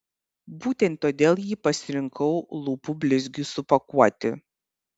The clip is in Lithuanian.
būtent todėl jį pasirinkau lūpų blizgiui supakuoti